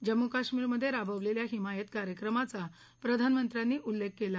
जम्मू काश्मीरमधे राबवलेल्या हिमायत कार्यक्रमाचा प्रधानमंत्र्यांनी उल्लेख केला